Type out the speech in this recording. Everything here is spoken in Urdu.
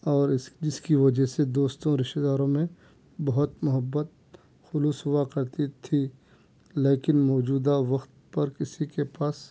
اور اِس جس کی وجہ سے دوستوں رشتے داروں میں بہت محبت خلوص ہُوا کرتی تھی لیکن موجودہ وقت پر کسی کے پاس